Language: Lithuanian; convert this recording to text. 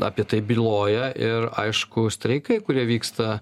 apie tai byloja ir aišku streikai kurie vyksta